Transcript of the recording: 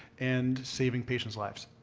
and saving patients lives.